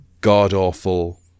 god-awful